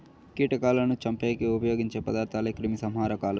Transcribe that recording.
కీటకాలను చంపేకి ఉపయోగించే పదార్థాలే క్రిమిసంహారకాలు